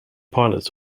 pilots